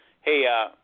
hey